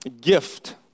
gift